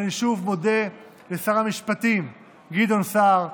אני שוב מודה לשר המשפטים גדעון סער,